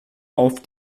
auf